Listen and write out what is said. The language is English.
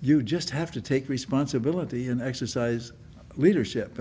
you just have to take responsibility and exercise leadership